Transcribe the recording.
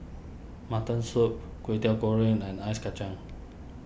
Mutton Soup Kway Teow Goreng and Ice Kachang